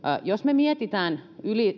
jos me mietimme